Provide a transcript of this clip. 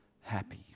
happy